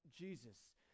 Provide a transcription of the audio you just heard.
Jesus